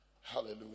Hallelujah